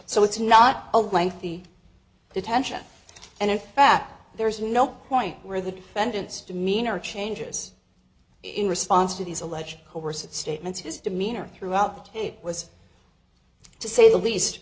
so it's not a lengthy detention and in fact there is no point where the defendants demeanor changes in response to these alleged coercive statements his demeanor throughout it was to say the least